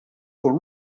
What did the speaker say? con